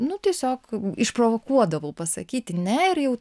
nu tiesiog išprovokuodavau pasakyti ne ir jau